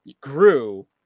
grew